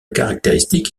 caractéristique